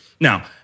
Now